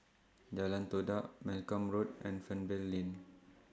Jalan Todak Malcolm Road and Fernvale Lane